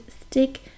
stick